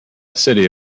city